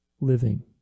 living